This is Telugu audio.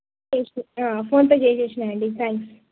చేస్ ఫోన్పే చేసిన అండి థాంక్స్